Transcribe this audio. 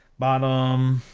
bottom,